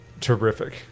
Terrific